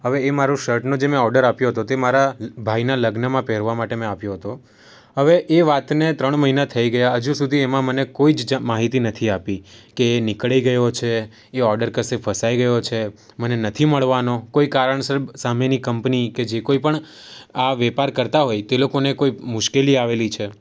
હવે એ મારું શર્ટનો જે મેં ઓર્ડર આપ્યો હતો તે મારા ભાઈના લગ્નમાં પહેરવા માટે મેં આપ્યો હતો હવે એ વાતને ત્રણ મહિના થઈ ગયા હજુ સુધી એમાં મને કોઈ જ માહિતી નથી આપી કે નીકળી ગયો છે એ ઓર્ડર કશે ફસાઈ ગયો છે મને નથી મળવાનો કોઈ કારણસર સામેની કંપની કે જે કોઈ પણ આ વેપાર કરતા હોય તે લોકોને કોઈ મુશ્કેલી આવેલી છે